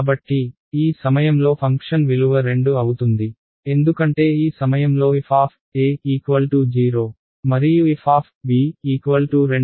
కాబట్టి ఈ సమయంలో ఫంక్షన్ విలువ 2 అవుతుంది ఎందుకంటే ఈ సమయంలో f0 మరియు f 2 కాబట్టి